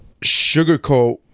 sugarcoat